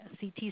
CT